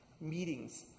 meetings